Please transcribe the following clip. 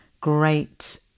great